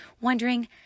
wondering